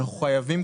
אנחנו חייבים,